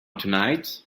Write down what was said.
tonight